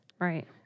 Right